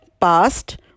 past